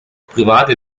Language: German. private